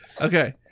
Okay